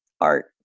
art